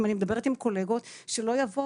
אם אני מדברת עם קולגות שלא יבוא